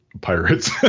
pirates